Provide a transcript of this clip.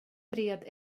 bred